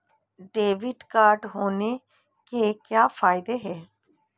Debit card होने के क्या फायदे हैं?